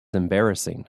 embarrassing